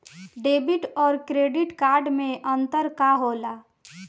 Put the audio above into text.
Debit और credit card मे अंतर का होला?